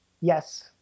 Yes